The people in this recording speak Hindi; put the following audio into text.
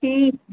ठीक